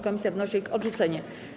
Komisja wnosi o ich odrzucenie.